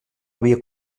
havia